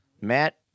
Matt